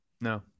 No